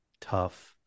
tough